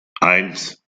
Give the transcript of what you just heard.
eins